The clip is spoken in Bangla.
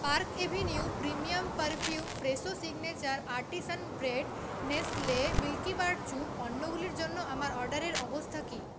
park Avenue premium perfume Fresho Signature artisan bread Nestle Milkybar Choo পণ্যগুলির জন্য আমার অর্ডারের অবস্থা কী